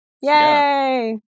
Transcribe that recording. Yay